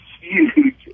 huge